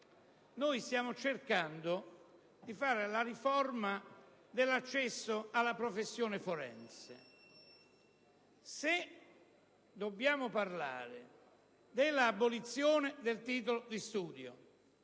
Stiamo cercando di realizzare la riforma dell'accesso alla professione forense: se dobbiamo parlare dell'abolizione del titolo di studio